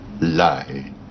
lie